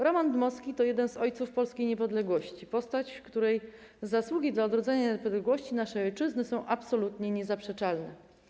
Roman Dmowski to jeden z ojców polskiej niepodległości, postać, której zasługi dla odrodzenia naszej niepodległości ojczyzny są absolutnie niezaprzeczalne.